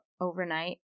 overnight